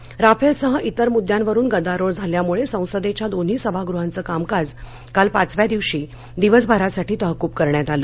संसद राफेलसह इतर मुद्द्यांवरून गदारोळ झाल्यामुळे संसदेच्या दोन्ही सभागृहांचं कामकाज काल पाचव्या दिवशी दिवसभरासाठी तहकूब करण्यात आलं